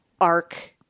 arc